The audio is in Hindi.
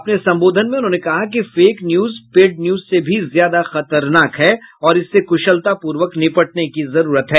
अपने संबोधन में उन्होंने कहा कि फेक न्यूज पेड न्यूज से भी ज्यादा खतरनाक है और इससे कुशलतापूर्वक निपटने की जरूरत है